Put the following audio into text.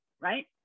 right